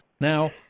now